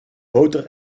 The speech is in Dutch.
boter